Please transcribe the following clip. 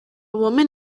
woman